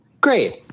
Great